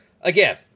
Again